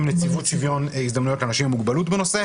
נציבות שוויון הזדמנויות לאנשים עם מוגבלות בנושא,